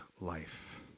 life